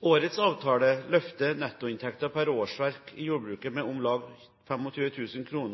Årets avtale løfter nettoinntekten per årsverk i jordbruket med om lag 25 000 kr